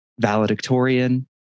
valedictorian